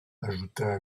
ajouta